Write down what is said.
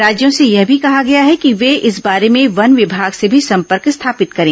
राज्यों से यह भी कहा गया है कि वे इस बारे में वन विभाग से भी संपर्क स्थापित करें